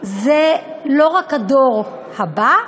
זה לא רק הדור הבא,